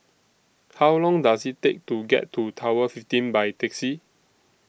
How Long Does IT Take to get to Tower fifteen By Taxi